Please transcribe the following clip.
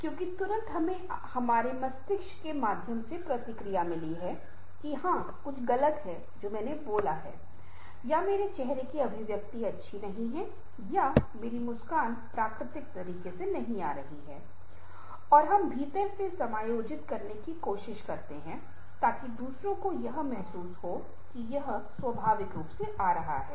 क्योंकि तुरंत हमें हमारे मस्तिष्क के माध्यम से प्रतिक्रिया मिली है कि हां कुछ गलत है जो मैंने बोला है या मेरी चेहरे की अभिव्यक्ति अच्छी नहीं है या मेरी मुस्कान प्राकृतिक तरीके से नहीं आ रही है और हम भीतर से समायोजित करने की कोशिश करते हैं ताकि दूसरों को यह महसूस हो कि यह स्वाभाविक रूप से आ रहा है